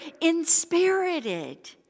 inspirited